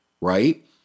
right